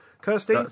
Kirsty